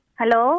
Hello